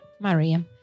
maria